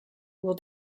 will